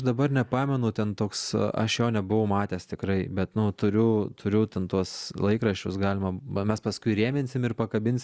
dabar nepamenu ten toks aš jo nebuvau matęs tikrai bet nu turiu turiu ten tuos laikraščius galima mes paskui įrėminsim ir pakabins